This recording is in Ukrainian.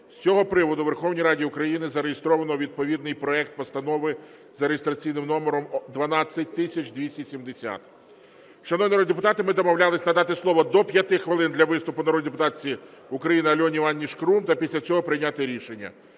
з цього приводу у Верховній Раді України зареєстровано відповідний проект Постанови за реєстраційним номером 12270. Шановні народні депутати, ми домовлялись надати слово до 5 хвилин для виступу народній депутатці України Альоні Іванівні Шкрум та після цього прийняти рішення.